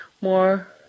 more